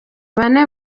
bane